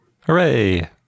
Hooray